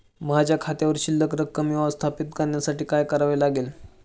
माझ्या खात्यावर शिल्लक रक्कम व्यवस्थापित करण्यासाठी काय करावे लागेल?